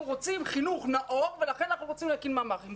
רוצים חינוך נאור ולכן אנחנו רוצים להקים ממ"חים,